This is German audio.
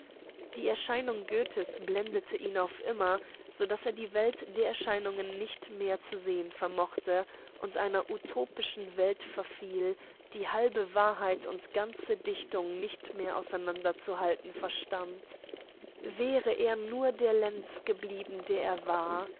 die erscheinung goethes blendete ihn so daß er die welt der erscheinungen nicht mehr zu sehen vermochte und einer utopischen welt verfiel die halbe wahrheit und ganze dichtung nicht mehr auseinanderzuhalten verstand wäre er nur der lenz geblieben der er war